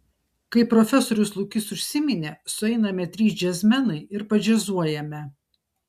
kaip profesorius lukys užsiminė sueiname trys džiazmenai ir padžiazuojame